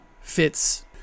fits